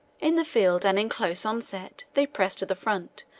in the field and in close onset, they press to the front,